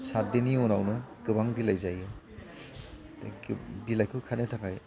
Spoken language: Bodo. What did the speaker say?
सात दिननि उनावनो गोबां बिलाइ जायो बिलाइखौ खानो थाखाय